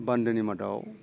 बान्दोनि मादाव